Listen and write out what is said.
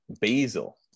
basil